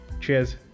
Cheers